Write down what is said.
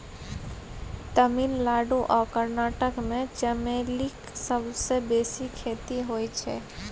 तमिलनाडु आ कर्नाटक मे चमेलीक सबसँ बेसी खेती होइ छै